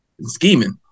scheming